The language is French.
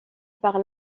par